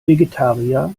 vegetarier